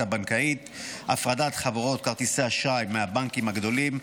הבנקאית: הפרדת חברות כרטיסי אשראי מהבנקים הגדולים,